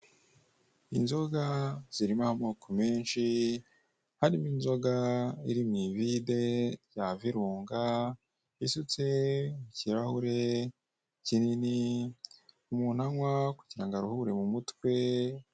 Inzoga zirimo amoko menshi. Harimo inzoga iri mu ivide rya virunga, isutse mu kirahure kinini umuntu anywa; kugira ngo aruhure mu mutwe.